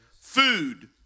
food